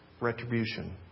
retribution